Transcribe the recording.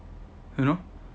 you know